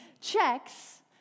checks